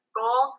goal